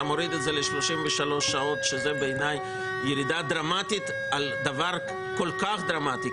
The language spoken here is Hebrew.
אתה מוריד את זה ל-33 שעות שזה בעיניי ירידה דרמטית על דבר כל כך דרמטי.